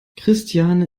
christiane